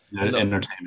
entertainment